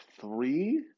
three